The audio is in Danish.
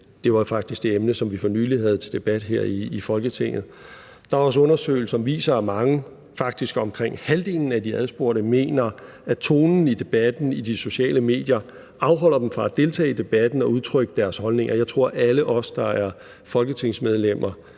Det var faktisk det emne, som vi for nylig havde til debat her i Folketinget. Der er også undersøgelser, der viser, at mange – faktisk omkring halvdelen af de adspurgte – mener, at tonen i debatten på de sociale medier afholder dem fra at deltage i debatten og udtrykke deres holdninger. Jeg tror, at alle os, der er folketingsmedlemmer,